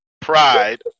pride